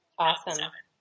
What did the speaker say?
Awesome